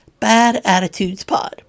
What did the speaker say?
badattitudespod